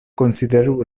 konsideru